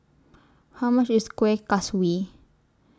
How much IS Kueh Kaswi